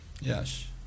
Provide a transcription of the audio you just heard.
yes